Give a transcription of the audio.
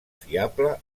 fiable